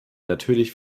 natürlich